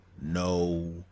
no